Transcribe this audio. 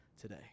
today